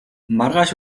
маргааш